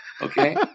Okay